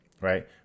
right